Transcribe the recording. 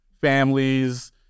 families